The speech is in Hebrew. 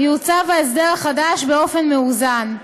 יעוצב ההסדר החדש באופן מאוזן.